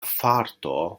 farto